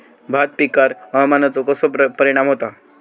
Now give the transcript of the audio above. भात पिकांर हवामानाचो कसो परिणाम होता?